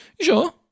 sure